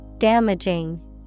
Damaging